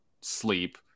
sleep